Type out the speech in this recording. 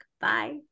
bye